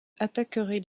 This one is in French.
attaqueraient